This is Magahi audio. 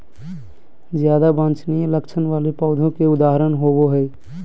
ज्यादा वांछनीय लक्षण वाले पौधों के उदाहरण होबो हइ